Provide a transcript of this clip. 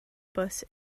bws